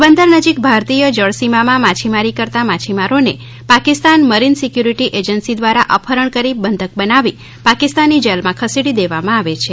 પોરબંદર નજીક ભારતીય જળસીમામાં માછીમારી કરતા માછીમારોને પાકિસ્તાન મરીન સીકયુરીટી એજન્સી દ્રારા અપહરણ કરી બંધક બનાવી પાકિસ્તાની જેલમાં ખસેડી દેવામાં આવે છે